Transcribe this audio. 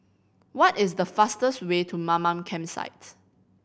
what is the fastest way to Mamam Campsite